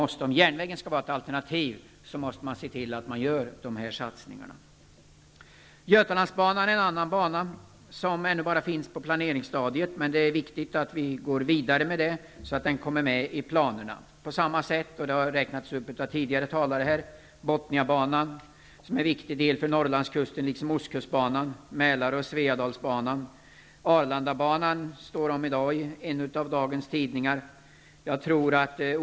För att järnvägen skall vara ett alternativ måste man alltså se till att dessa satsningar görs. Götalandsbanan är en annan bana som ännu så länge bara finns på planeringsstadiet. Men det är viktigt att gå vidare i det avseendet, så att den här banan kommer med i planerna. På samma sätt förhåller det sig, som tidigare talare här har sagt, med Bothniabanan. Den är viktig för Norrlandskusten. Viktiga är också Ostkustbanan, Mälarbanan och Sveadalsbanan. I dag står det att läsa i en av dagstidningarna om Arlandabanan.